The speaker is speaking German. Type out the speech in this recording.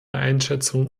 einschätzung